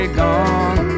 gone